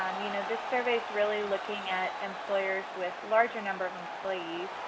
um you know, this survey is really looking at employers with larger number of employees.